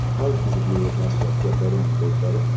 probably because of butyric acid, i feel better on goat butter.